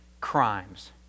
crimes